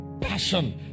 passion